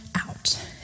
out